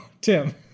Tim